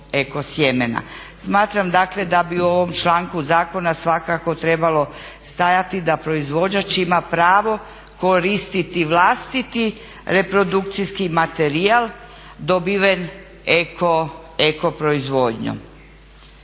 Smatram dakle da bi u ovom članku zakona svakako trebalo stajati da proizvođač ima pravo koristiti vlastiti reprodukcijski materija dobiven eko proizvodnjom.